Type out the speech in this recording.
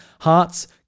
hearts